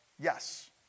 Yes